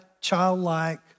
childlike